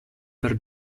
per